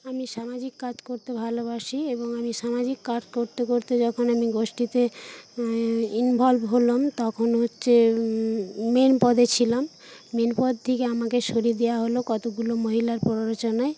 আমি সামাজিক কাজ করতে ভালোবাসি এবং আমি সামাজিক কার করতে করতে যখন আমি গোষ্ঠীতে ইনভলভ হলাম তখন হচ্ছে মেন পদে ছিলাম মেন পদ থেকে আমাকে সরিয়ে দেওয়া হলো কতগুলো মহিলার প্ররোচনায়